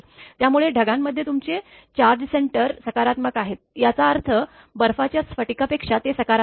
त्यामुळे ढगांमध्ये तुमचे चार्ज सेंटर सकारात्मक आहे याचा अर्थ बर्फाच्या स्फटिकापेक्षा ते सकारात्मक आहे